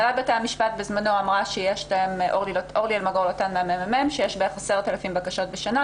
הנהלת בתי המשפט אמרה בזמנו שיש בערך 10,000 בקשות בשנה,